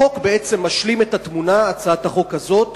החוק משלים את התמונה בהצעת החוק הזאת,